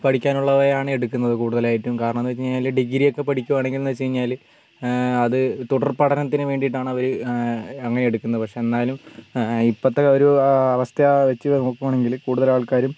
പഠിക്കാനുള്ളവയാണ് എടുക്കുന്നത് കൂടുതലായിട്ടും കാരണമെന്നുവെച്ചു കഴിഞ്ഞാൽ ഡിഗ്രി ഒക്കെ പഠിക്കുവാണെങ്കിലെന്നു വെച്ച് കഴിഞ്ഞാൽ അത് തുടർ പഠനത്തിനു വേണ്ടിട്ടാണവർ അങ്ങനെ എടുക്കുന്നത് പക്ഷേ എന്നാലും ഇപ്പോഴത്തെ ഒരു അവസ്ഥ വെച്ചുനോക്കുവാണെങ്കിൽ കൂടുതൽ ആൾക്കാരും